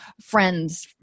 friends